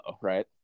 right